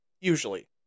Usually